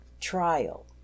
trial